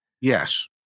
Yes